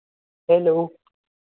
hello